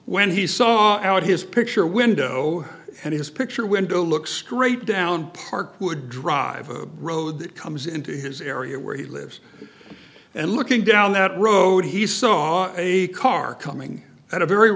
when he saw out his picture window and his picture window looks straight down parkwood drive a road that comes into his area where he lives and looking down that road he saw a car coming at a very